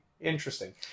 interesting